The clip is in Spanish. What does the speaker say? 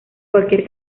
cualquier